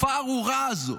בתקופה הארורה הזאת,